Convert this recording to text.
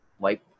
wipe